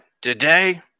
Today